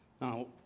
Now